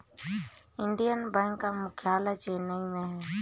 Indian Bank का मुख्यालय चेन्नई में है